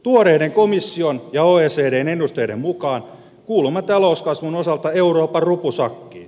tuoreiden komission ja oecdn ennusteiden mukaan kuulumme talouskasvun osalta euroopan rupusakkiin